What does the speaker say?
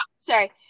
sorry